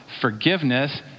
forgiveness